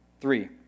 Three